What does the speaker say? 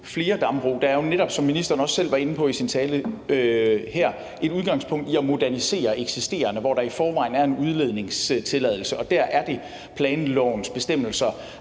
flere dambrug. Der er jo netop, som ministeren også selv var inde på i sin tale her, et udgangspunkt i at modernisere eksisterende, hvor der i forvejen er en udledningstilladelse, og der er det planlovens bestemmelser,